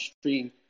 stream